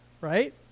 right